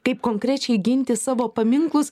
kaip konkrečiai ginti savo paminklus